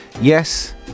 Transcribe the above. yes